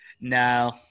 No